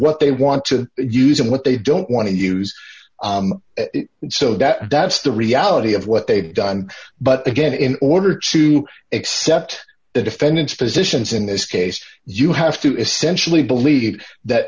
what they want to use and what they don't want to use so that that's the reality of what they've done but again in order to accept the defendant's positions in this case you have to essentially believe that